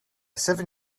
seven